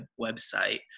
website